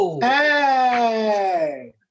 Hey